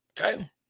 Okay